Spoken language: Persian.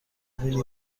مینی